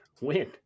win